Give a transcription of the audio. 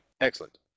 Excellent